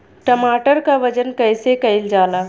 टमाटर क वजन कईसे कईल जाला?